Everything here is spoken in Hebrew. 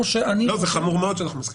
זה חמור מאוד שאנחנו מסכימים.